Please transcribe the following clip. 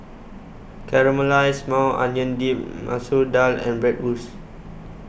Caramelized Maui Onion Dip Masoor Dal and Bratwurst